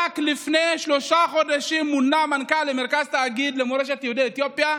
רק לפני שלושה חודשים מונה מנכ"ל למרכז תאגיד למורשת יהודי אתיופיה.